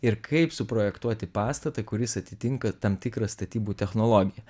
ir kaip suprojektuoti pastatą kuris atitinka tam tikrą statybų technologiją